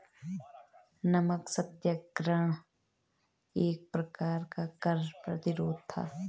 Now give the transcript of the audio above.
नमक सत्याग्रह एक प्रकार का कर प्रतिरोध था